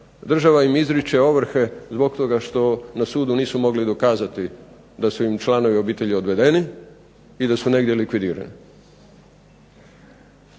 država im izriče ovrhe zbog toga što na sudu nisu mogli dokazati da su im članovi obitelji odvedeni i da su negdje likvidirani.